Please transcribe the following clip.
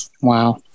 Wow